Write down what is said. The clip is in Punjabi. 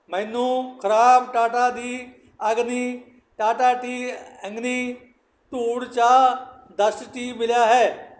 ਮੈਨੂੰ ਖ਼ਰਾਬ ਟਾਟਾ ਦੀ ਅਗਨੀ ਟਾਟਾ ਟੀ ਅਗਨੀ ਧੂੜ ਚਾਹ ਦਸ ਟੀ ਮਿਲਿਆ ਹੈ